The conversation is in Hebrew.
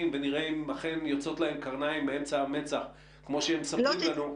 ונראה אם אכן יוצאות להם קרניים מאמצע המצח כמו שמספרים לנו.